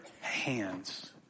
hands